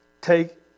take